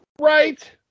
Right